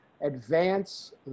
advance